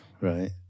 right